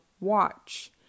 Watch